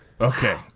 Okay